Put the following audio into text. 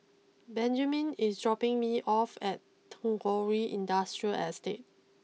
Benjamin is dropping me off at Tagore Industrial Estate